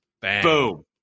boom